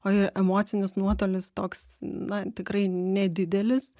o ir emocinis nuotolis toks na tikrai nedidelis